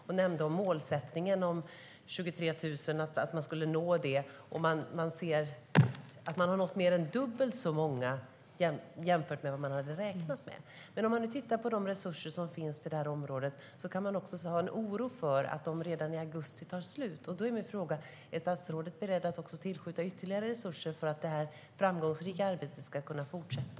Hon nämnde att målsättningen är att nå 23 000. Man har nått mer än dubbelt så många som man hade räknat med. Men det finns en oro för att de resurser som finns för det området kommer att ta slut redan i augusti. Är statsrådet beredd att tillskjuta ytterligare resurser för att det här framgångsrika arbetet ska kunna fortsätta?